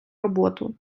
роботу